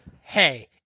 Hey